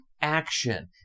action